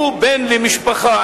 הוא בן למשפחה,